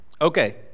Okay